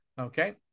Okay